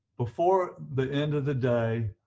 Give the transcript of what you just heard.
before the end of the day,